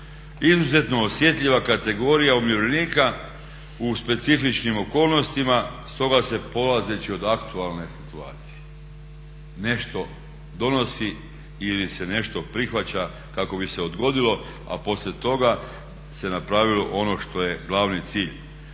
izuzetno osjetljiva kategorija umirovljenika u specifičnim okolnostima stoga se polazeći od aktualne situacije nešto donosi ili se nešto prihvaća kako bi se odgodilo a poslije toga se napravilo ono što je glavni cilj